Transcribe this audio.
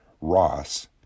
Ross